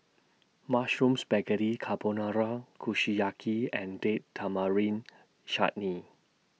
Mushroom Spaghetti Carbonara Kushiyaki and Date Tamarind Chutney